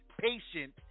patient